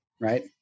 right